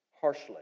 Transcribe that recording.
Harshly